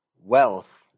wealth